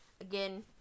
Again